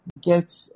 get